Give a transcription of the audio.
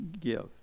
give